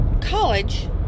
college